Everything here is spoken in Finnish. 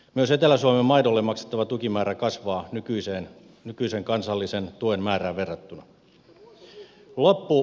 myös etelä suomen maidolle maksettava tukimäärä kasvaa nykyisen kansallisen tuen määrään verrattuna